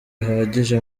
bahagije